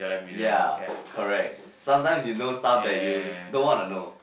ya correct sometimes you know stuff that you don't want to know